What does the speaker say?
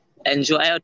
Enjoy